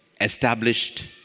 established